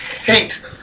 hate